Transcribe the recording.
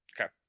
Okay